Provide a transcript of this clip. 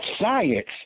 science